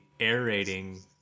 aerating